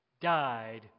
died